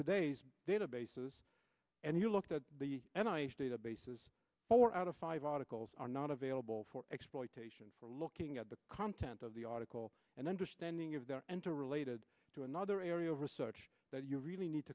today's databases and you look at the and ice databases four out of five articles are not available for exploitation for looking at the content of the article and understanding of that and to related to another area of research that you really need